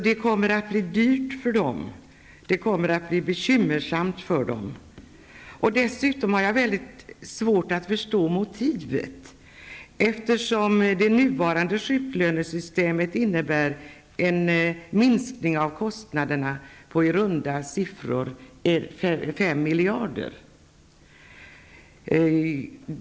Det kommer att bli dyrt och bekymmersamt för dem. Jag har svårt att förstå motivet till karensdagar. Det nuvarande sjuklönesystemets införande innebär en minskning av kostnaderna med i runda tal 5 miljarder.